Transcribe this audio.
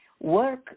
work